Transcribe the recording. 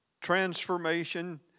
transformation